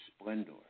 splendor